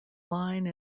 line